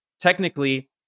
Technically